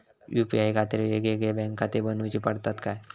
UPI खातीर येगयेगळे बँकखाते बनऊची पडतात काय?